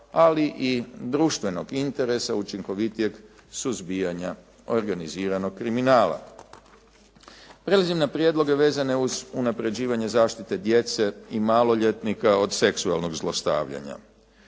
ali i društvenog interesa učinkovitijeg suzbijanja organiziranog kriminala. Prelazim na prijedloge vezane uz unapređivanje zaštite djece i maloljetnika od seksualnog zlostavljanja.